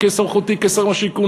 בסמכותי כשר השיכון,